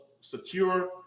secure